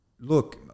Look